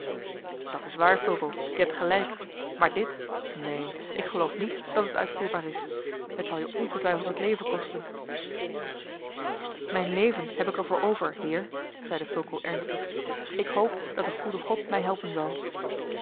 dat is waar fulco je hebt gelijk maar dit neen ik geloof niet dat het uitvoerbaar is het zal je ongetwijfeld het leven kosten mijn leven heb ik er voor over heer zeide fulco ernstig ik hoop dat de goede god mij helpen zal